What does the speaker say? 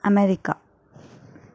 America